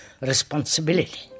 responsibility